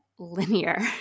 Linear